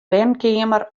wenkeamer